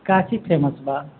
का चीज फेमस बा